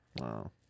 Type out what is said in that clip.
wow